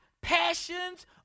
passions